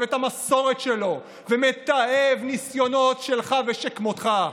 אוהב את המסורת שלו ומתעב ניסיונות כמו שלך ושכמותך.